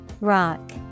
Rock